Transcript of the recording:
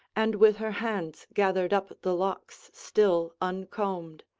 and with her hands gathered up the locks still uncombed.